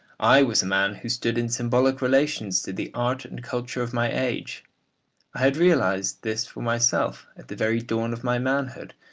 i was a man who stood in symbolic relations to the art and culture of my age. i had realised this for myself at the very dawn of my manhood,